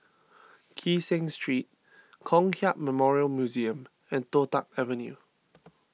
Kee Seng Street Kong Hiap Memorial Museum and Toh Tuck Avenue